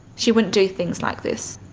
she wouldn't do things like this.